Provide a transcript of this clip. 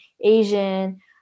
Asian